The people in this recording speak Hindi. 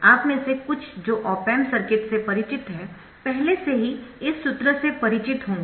आप में से कुछ जो ऑप एम्प सर्किट से परिचित है पहले से ही इस सूत्र से परिचित होंगे